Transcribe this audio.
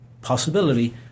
possibility